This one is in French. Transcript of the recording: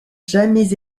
jamais